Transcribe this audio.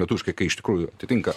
lietuviškai kai iš tikrųjų atitinka